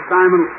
Simon